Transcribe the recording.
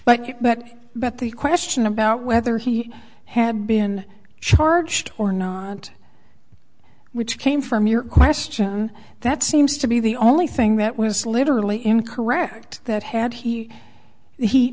you bet but the question about whether he had been charged or not which came from your question that seems to be the only thing that was literally incorrect that had he